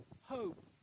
hope